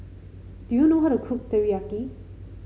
do you know how to cook Teriyaki